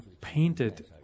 painted